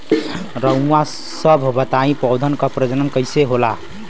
रउआ सभ बताई पौधन क प्रजनन कईसे होला?